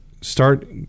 start